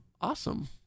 Awesome